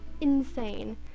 insane